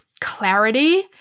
clarity